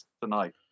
tonight